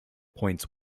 points